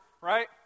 right